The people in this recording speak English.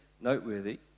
noteworthy